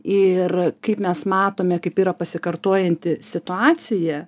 ir kaip mes matome kaip yra pasikartojanti situacija